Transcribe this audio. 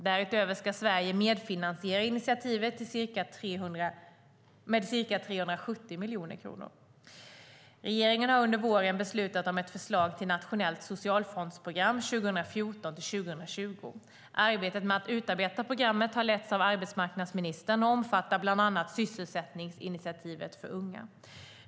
Därutöver ska Sverige medfinansiera initiativet med ca 370 miljoner kronor. Regeringen har under våren beslutat om ett förslag till nationellt socialfondsprogram 2014-2020. Arbetet med att utarbeta programmet har letts av arbetsmarknadsministern och omfattar bland annat Sysselsättningsinitiativet för unga.